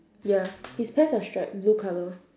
ya his pants are stripe blue colour